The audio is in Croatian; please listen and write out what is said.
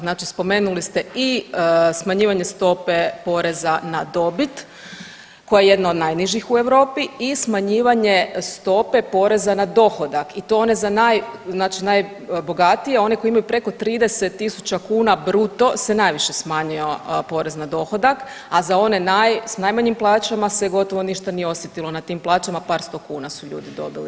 Znači spomenuli ste i smanjivanje stope poreza na dobit koja je jedna od najnižih u Europi i smanjivanje stope poreza na dohodak i to one za naj, znači najbogatije, one koji imaju preko 30.000 kuna bruto se najviše smanjio porez na dohodak, a za one s najmanjim plaćama se gotovo ništa nije osjetilo na tim plaćama, par sto kuna su ljudi dobili.